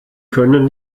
können